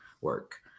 work